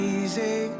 easy